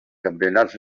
campionats